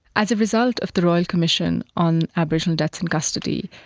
as a result of the royal commission on aboriginal deaths in custody,